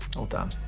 oh dan.